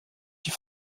die